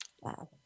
Wow